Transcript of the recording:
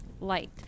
light